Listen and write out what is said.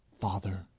Father